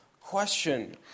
Question